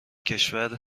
کشور